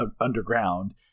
underground